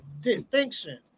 distinction